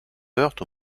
heurte